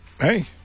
hey